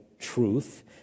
truth